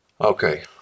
Okay